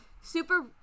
super